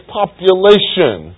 population